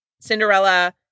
Cinderella